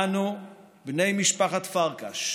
אנו, בני משפחת פרקש,